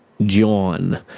john